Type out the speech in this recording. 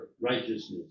righteousness